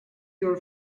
your